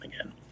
again